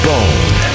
Bone